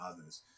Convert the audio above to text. others